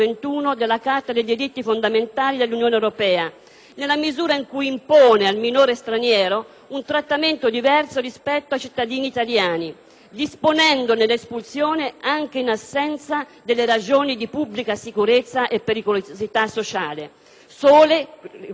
nella misura in cui impone al minore straniero un trattamento diverso rispetto ai cittadini italiani, disponendone l'espulsione anche in assenza delle ragioni di pubblica sicurezza e pericolosità sociale, che, sole, legittimano l'allontanamento dei cittadini comunitari.